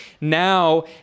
now